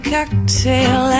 Cocktail